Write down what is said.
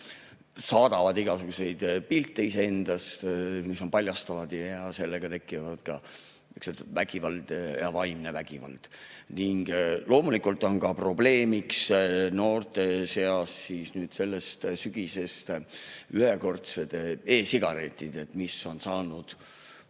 saadavad igasuguseid pilte iseendast, mis on paljastavad, ja sellega tekib vägivald ja vaimne vägivald. Loomulikult on probleemiks noorte seas sellest sügisest ühekordsed e‑sigaretid, mis on saanud